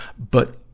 but,